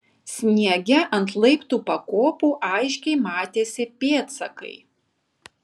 sniege ant laiptų pakopų aiškiai matėsi pėdsakai